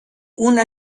una